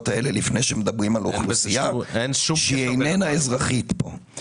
האלה לפני שמדברים על אוכלוסייה שהיא איננה אזרחית פה.